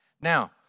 Now